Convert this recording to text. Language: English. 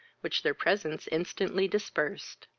which their presence instantly dispersed.